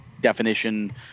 definition